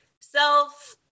self